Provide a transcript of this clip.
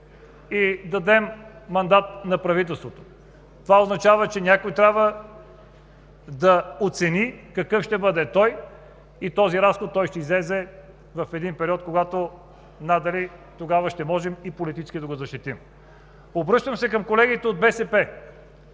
и дадем мандат на правителството. Това означава, че някой трябва да оцени какъв ще бъде той и този разход ще излезе в един период, в който надали тогава ще можем и политически да го защитим. Обръщам се към колегите от БСП